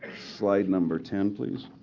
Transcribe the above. slide number ten, please.